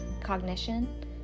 cognition